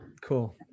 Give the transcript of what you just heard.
Cool